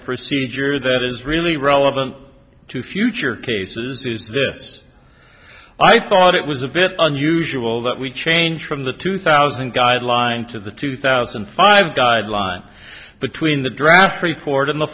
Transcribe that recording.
procedure that is really relevant to future cases is this i thought it was a bit unusual that we changed from the two thousand guidelines to the two thousand and five guidelines between the draft report and the